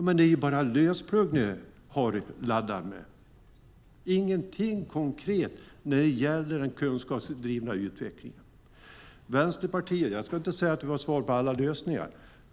Men det är bara lösplugg ni laddar med. Det finns ingenting konkret när det gäller den kunskapsdrivna utvecklingen. Jag ska inte säga att Vänsterpartiet har svar på alla frågor.